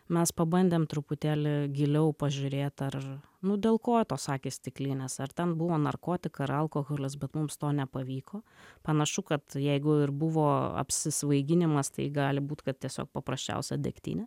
mes pabandėm truputėlį giliau pažiūrėt ar nu dėl ko tos akys stiklinės ar ten buvo narkotikai ar alkoholis bet mums to nepavyko panašu kad jeigu ir buvo apsisvaiginimas tai gali būt kad tiesiog paprasčiausia degtinė